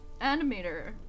animator